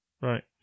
right